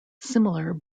similar